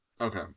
okay